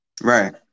right